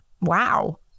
Wow